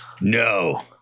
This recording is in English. No